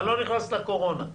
ואני לא נכנס לקורונה,